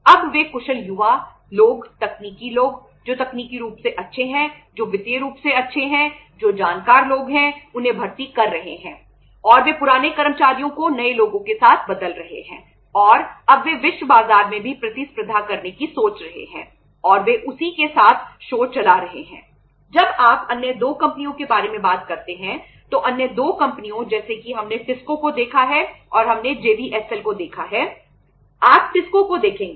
अब वे कुशल युवा लोग तकनीकी लोग जो तकनीकी रूप से अच्छे हैं जो वित्तीय रूप से अच्छे हैं जो जानकार लोग हैं उन्हें भर्ती कर रहे हैं और वे पुराने कर्मचारियों को नए लोगों के साथ बदल रहे हैं और अब वे विश्व बाजार में भी प्रतिस्पर्धा करने की सोच रहे हैं और वे उसी के साथ शो को देखेंगे